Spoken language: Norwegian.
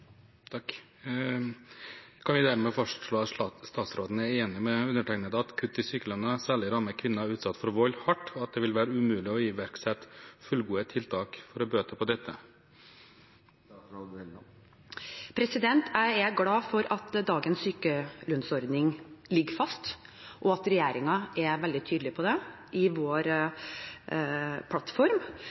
Kan vi dermed fastslå at statsråden er enig med undertegnede i at kutt i sykelønnen særlig rammer kvinner som er utsatt for vold, hardt, og at det vil være umulig å iverksette fullgode tiltak for å bøte på dette? Jeg er glad for at dagens sykelønnsordning ligger fast, og at regjeringen er veldig tydelig på det i sin plattform.